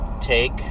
take